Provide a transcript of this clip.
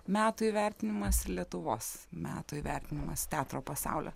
metų įvertinimas lietuvos metų įvertinimas teatro pasaulio